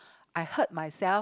I hurt myself